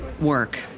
Work